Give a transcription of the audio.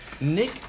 Nick